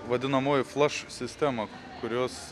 vadinamoji flaš sistema kurios